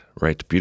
right